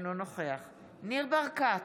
אינו נוכח ניר ברקת,